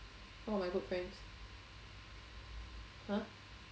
one of my good friends !huh!